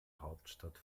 hauptstadt